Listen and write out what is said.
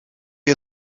ihr